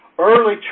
early